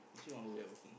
next week onward I working